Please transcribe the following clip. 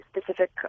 specific